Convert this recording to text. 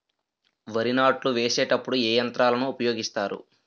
వరి నాట్లు వేసేటప్పుడు ఏ యంత్రాలను ఉపయోగిస్తారు?